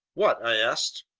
what? i asked.